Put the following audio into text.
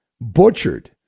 butchered